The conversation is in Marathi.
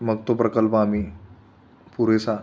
मग तो प्रकल्प आम्ही पुरेसा